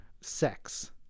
sex